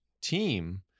team